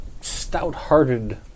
stout-hearted